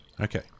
Okay